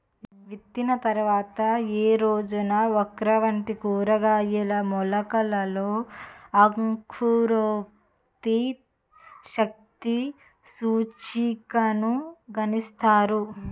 విత్తిన తర్వాత ఏ రోజున ఓక్రా వంటి కూరగాయల మొలకలలో అంకురోత్పత్తి శక్తి సూచికను గణిస్తారు?